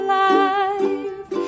life